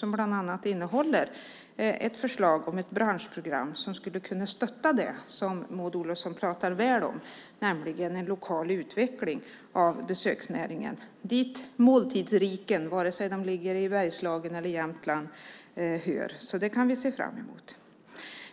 Den innehåller bland annat ett förslag om ett branschprogram som skulle kunna stötta det som Maud Olofsson talar så väl om, nämligen en lokal utveckling av besöksnäringen dit måltidsriken, antingen de ligger i Bergslagen eller i Jämtland, hör. Det kan vi väl se fram emot.